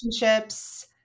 relationships